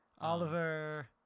Oliver